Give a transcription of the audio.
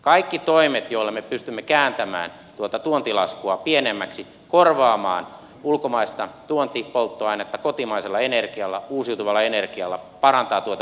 kaikki toimet joilla me pystymme kääntämään tuota tuontilaskua pienemmäksi korvaamaan ulkomaista tuontipolttoainetta kotimaisella energialla uusiutuvalla energialla parantavat tuota vaihtotasetta